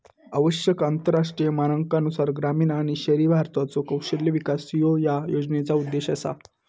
आवश्यक आंतरराष्ट्रीय मानकांनुसार ग्रामीण आणि शहरी भारताचो कौशल्य विकास ह्यो या योजनेचो उद्देश असा